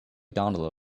gondola